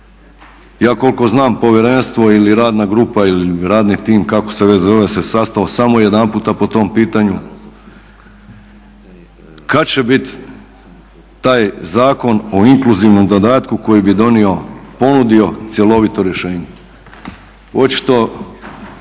ja koliko znam povjerenstvo ili radna grupa ili radni tim kako se već zove se sastao samo jedanputa po tom pitanju. Kad će bit taj Zakon o inkluzivnom dodatku koji bi donio, ponudio cjelovito rješenje?